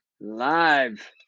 live